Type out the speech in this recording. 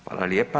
Hvala lijepa.